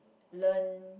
learn